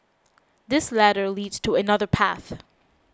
this ladder leads to another path